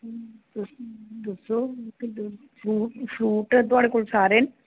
तुस दस्सो fruit fruit थुआढ़े कोल सारे न